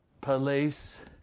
police